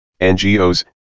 NGOs